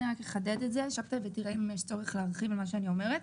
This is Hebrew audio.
אני רק אחדד את זה ותראה אם יש צורך להרחיב במה שאני אומרת: